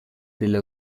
delle